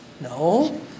No